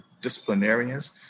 disciplinarians